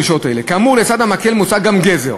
כאמור, לצד המקל מוצע גם גזר: